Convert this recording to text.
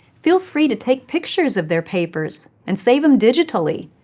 feel free to take pictures of their papers and save them digitally.